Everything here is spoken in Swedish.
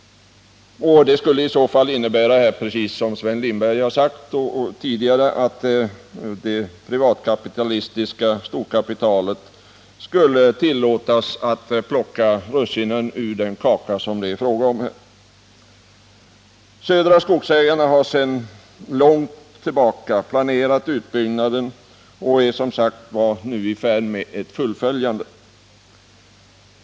Det skulle i så fall innebära, som Sven Lindberg tidigare sade, att det privata storkapitalet skulle tillåtas att plocka russinen ur kakan. Södra Skogsägarna har sedan länge planerat utbyggnaden och är som sagt nu i färd med att fullfölja planerna.